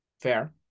Fair